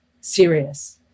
serious